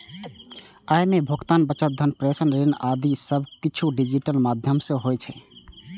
अय मे भुगतान, बचत, धन प्रेषण, ऋण आदि सब किछु डिजिटल माध्यम सं होइ छै